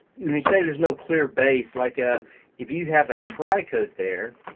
you and you say there's no clear base, like ah if you have a tricoat there,